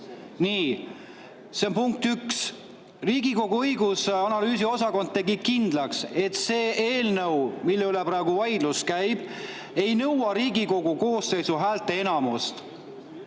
Nii, see on punkt üks. Riigikogu õigus‑ ja analüüsiosakond tegi kindlaks, et see eelnõu, mille üle praegu vaidlus käib, ei nõua Riigikogu koosseisu häälteenamust.